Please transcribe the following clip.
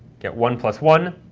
get one plus one.